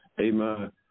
Amen